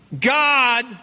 God